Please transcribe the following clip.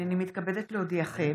הינני מתכבדת להודיעכם,